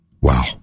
wow